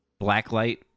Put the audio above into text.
Blacklight